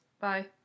bye